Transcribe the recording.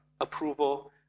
approval